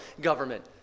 government